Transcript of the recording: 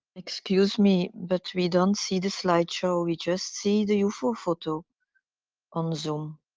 excuse me, but we don't see the slide show, we just see the ufo photo on zoom.